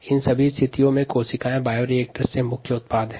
इन सभी स्थितियों में कोशिका बायोरिएक्टर के मुख्य उत्पाद हैं